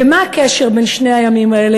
ומה הקשר בין שני הימים האלה,